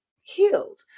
healed